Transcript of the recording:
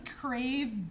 crave